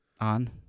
On